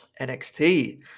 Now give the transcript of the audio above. NXT